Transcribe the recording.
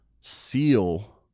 seal